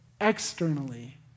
externally